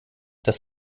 das